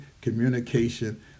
communication